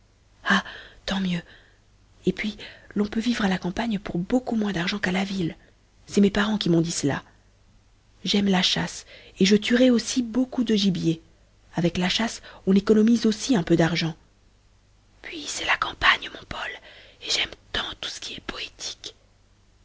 ah tant mieux et puis l'on peut vivre à la campagne pour beaucoup moins d'argent qu'à la ville c'est mes parents qui m'ont dit cela j'aime la chasse et je tuerai aussi beaucoup de gibier avec la chasse on économise aussi un peu d'argent puis c'est la campagne mon paul et j'aime tant tout ce qui est poétique